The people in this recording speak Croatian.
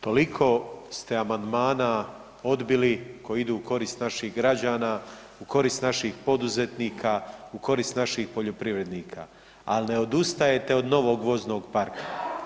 Toliko ste amandmana odbili koji idu u korist naših građana, u korist naših poduzetnika, u korist naših poljoprivrednika, ali ne odustajete od novog voznog parka.